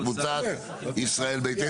קבוצת "ישראל ביתנו".